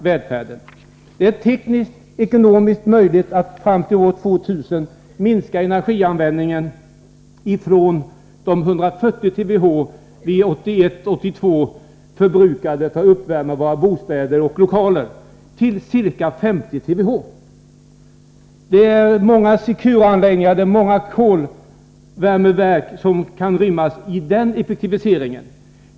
Det är tekniskt och ekonomiskt möjligt att fram till år 2000 minska energianvändningen ifrån de 140 TWh vi 1981-1982 förbrukade för uppvärmning av bostäder och lokaler till ca 50 TWh. Det är många Secureanläggningar och många kolvärmeverk som blir överflödiga genom den effektiviseringen.